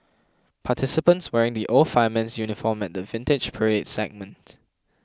participants wearing the old fireman's uniform at the Vintage Parade segment